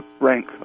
rank